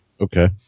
Okay